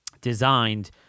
designed